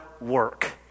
work